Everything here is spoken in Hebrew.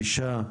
הגישה,